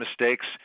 mistakes